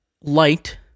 light